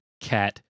cat